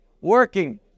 working